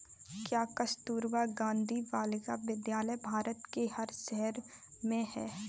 क्या कस्तूरबा गांधी बालिका विद्यालय भारत के हर शहर में है?